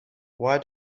why